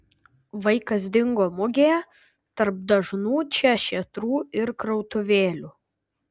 vaikas dingo mugėje tarp dažnų čia šėtrų ir krautuvėlių